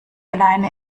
alleine